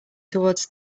towards